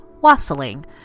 wassailing